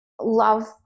love